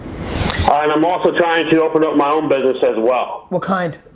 i'm also trying to open up my own business as well. what kind?